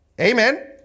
Amen